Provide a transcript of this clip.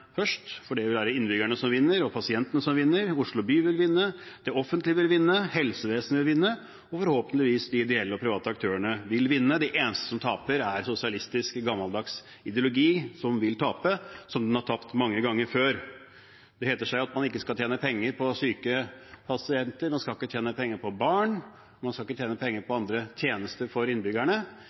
som vinner. Oslo by vil vinne, det offentlige vil vinne, helsevesenet vil vinne, og forhåpentligvis vil de ideelle og private aktørene vinne. Det eneste som vil tape, som den har tapt mange ganger før, er sosialistisk, gammeldags ideologi. Det heter seg at man ikke skal tjene penger på syke pasienter, man skal ikke tjene penger på barn, man skal ikke tjene penger på andre tjenester for innbyggerne,